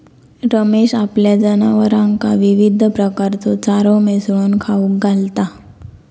रमेश आपल्या जनावरांका विविध प्रकारचो चारो मिसळून खाऊक घालता